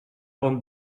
bon